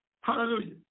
hallelujah